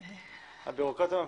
נראה לי שהבירוקרטיה ממשיכה.